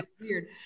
weird